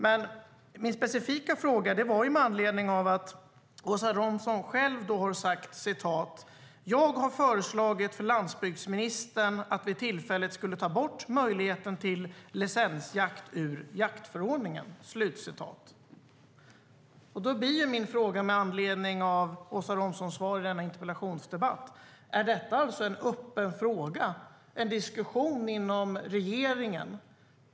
Men min specifika fråga var med anledning av att Åsa Romson själv har sagt: Jag har föreslagit för landsbygdsministern att vi tillfälligt skulle ta bort möjligheten till licensjakt ur jaktförordningen. Då blir min fråga med anledning av Åsa Romsons svar i denna interpellationsdebatt: Är detta alltså en öppen fråga, en diskussion inom regeringen?